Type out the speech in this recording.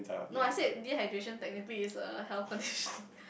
no I say dehydration technically is a health condition